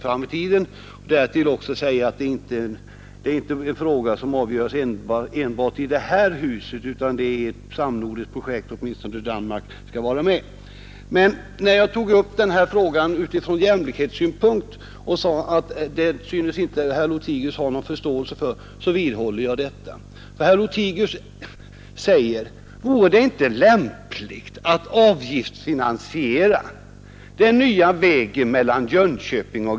Jag kan inte förstå att man kan föra fram en sådan tankegång.